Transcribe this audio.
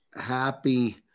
happy –